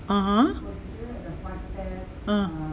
(uh huh)